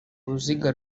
uruziga